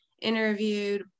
interviewed